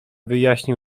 wyjaśnił